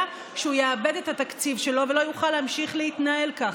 שהוא יאבד את התקציב שלו ולא יוכל להמשיך להתנהל ככה.